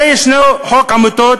הרי יש חוק עמותות,